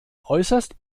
äußert